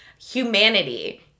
humanity